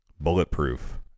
bulletproof